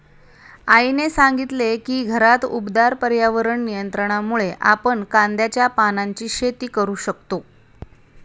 आईने सांगितले की घरात उबदार पर्यावरण नियंत्रणामुळे आपण कांद्याच्या पानांची शेती करू शकतो